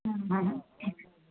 ആ ഓക്കെ